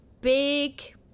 big